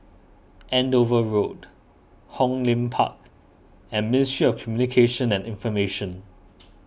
Andover Road Hong Lim Park and Ministry of Communications and Information